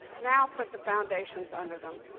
now put the foundations under them.